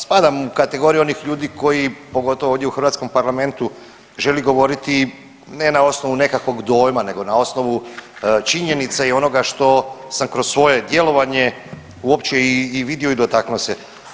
Spadam u kategoriju onih ljudi koji pogotovo ovdje u hrvatskom parlamentu želi govoriti ne na osnovu nekakvog dojma nego na osnovu činjenica i onoga što sam kroz svoje djelovanje uopće i vidio i dotaknuo se.